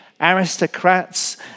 aristocrats